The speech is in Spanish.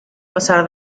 pasar